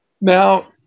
Now